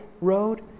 road